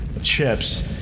chips